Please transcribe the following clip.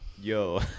Yo